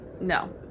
no